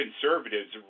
conservatives